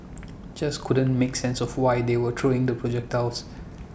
just couldn't make sense of why they were throwing the projectiles